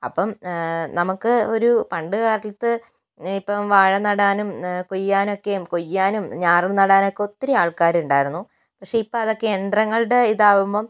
അപ്പോൾ നമുക്ക് ഒരു പണ്ടുകാലത്ത് ഇപ്പോൾ വാഴനടാനും കൊയ്യാനൊക്കെയും കൊയ്യാനും ഞാർ നടാനുമൊക്കെ ഒത്തിരി ആൾക്കാർ ഇണ്ടായിരുന്നു പക്ഷേ ഇപ്പോൾ അതൊക്കെ യന്ത്രങ്ങളുടെ ഇതാവുമ്പോൾ